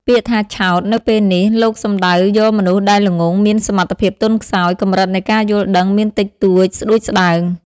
ពាក្យថា ឆោត នៅពេលនេះ លោកសំដៅយកមនុស្សដែលល្ងង់ មានសមត្ថភាពទន់ខ្សោយ កម្រិតនៃការយល់ដឹងមានតិចតួចស្ដួចស្ដើង ។